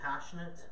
passionate